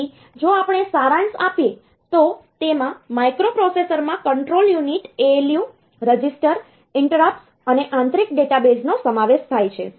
તેથી જો આપણે સારાંશ આપીએ તો તેમાં માઇક્રોપ્રોસેસરમાં control unit ALU register interrupts અને આંતરિક ડેટાબેઝ નો સમાવેશ થાય છે